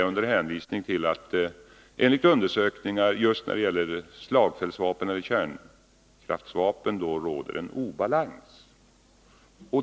Man hänvisar till att det enligt undersökningar just när det gäller slagfältsvapen eller kärnvapen råder en obalans.